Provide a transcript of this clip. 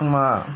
ஆமா:aamaa